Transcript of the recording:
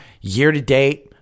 year-to-date